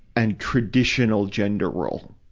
and traditional gender role.